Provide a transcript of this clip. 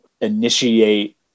initiate